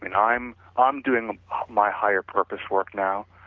and i'm um doing my higher purpose work now,